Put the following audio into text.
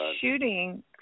shooting